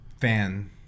fan